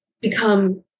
become